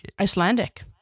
Icelandic